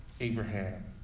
Abraham